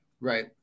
Right